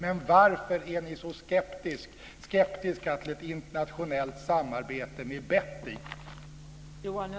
Men varför är ni så skeptiska till ett internationellt samarbete med bett i?